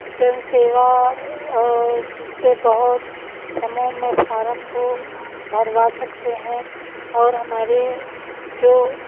जन सेवा और उनसे बहुत समूह में फ़ॉर्म को भरवा सकते हैं और हमारे जो